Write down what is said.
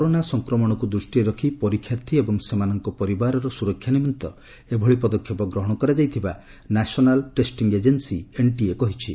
corona ସଂକ୍ରମଣକୁ ଦୃଷ୍ଟିରେ ରଖି ପରୀକ୍ଷାର୍ଥୀ ଏବଂ ସେମାନଙ୍କ ପରିବାରର ସୁରକ୍ଷା ନିମିତ୍ତ ଏଭଳି ପଦକ୍ଷେପ ଗ୍ରହଣ କରାଯାଇଥିବା ନ୍ୟାସନାଲ୍ ଟେଷ୍ଟିଂ ଏଜେନ୍ସି ଏନ୍ଟିଏ କହିଛି